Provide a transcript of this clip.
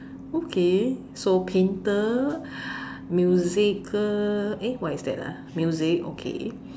okay so painter musical eh what is that ah music okay